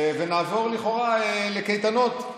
ונעבור לכאורה לקייטנות.